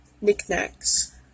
knickknacks